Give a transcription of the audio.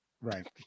Right